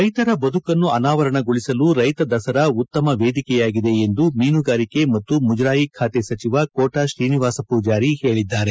ರೈತರ ಬದುಕನ್ನು ಅನಾವರಣಗೊಳಿಸಲು ರೈತ ದಸರಾ ಉತ್ತಮ ವೇದಿಕೆಯಾಗಿದೆ ಎಂದು ಮೀನುಗಾರಿಕೆ ಮತ್ತು ಮುಜರಾಯಿ ಸಚಿವ ಕೋಟಾ ಶ್ರೀನಿವಾಸ ಪೂಜಾರಿ ಹೇಳಿದ್ದಾರೆ